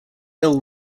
ill